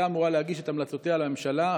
והייתה אמורה להגיש את המלצותיה לממשלה.